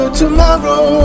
tomorrow